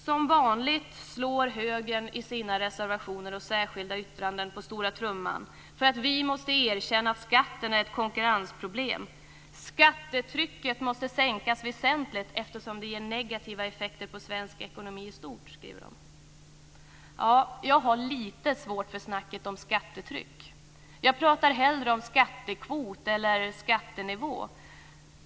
Som vanligt slår högern i sina reservationer och särskilda yttranden på stora trumman för att vi måste erkänna att skatten är ett konkurrensproblem. Skattetrycket måste sänkas väsentligt eftersom det ger negativa effekter på svensk ekonomi i stort, skriver de. Jag har lite svårt för snacket om skattetryck. Jag pratar hellre om skattekvot eller skattenivå.